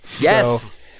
Yes